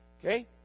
Okay